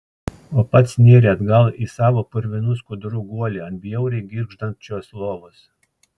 o pats nėrė atgal į savo purvinų skudurų guolį ant bjauriai girgždančios lovos